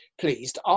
pleased